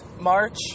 march